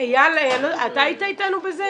למה אני אומרת לך אייל ----- אתה היית איתנו בזה?